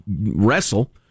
wrestle